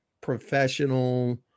professional